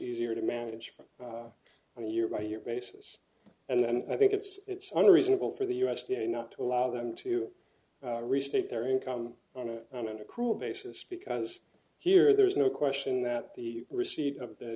easier to manage and a year by year basis and then i think it's unreasonable for the u s d a not to allow them to restate their income on a on an accrual basis because here there is no question that the receipt of the